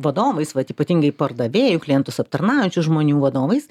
vadovais vat ypatingai pardavėjų klientus aptarnaujančių žmonių vadovais